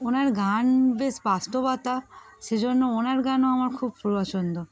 ওনার গান বেশ বাস্তবতা সেজন্য ওনার গানও আমার খুব পছন্দ